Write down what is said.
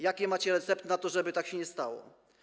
Jakie macie recepty na to, żeby tak się nie stało?